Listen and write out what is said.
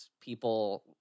people